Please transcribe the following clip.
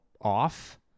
off